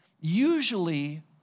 usually